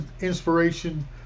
inspiration